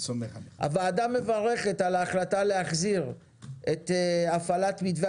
הוועדה מברכת על ההחלטה להחזיר את הפעלת מתווה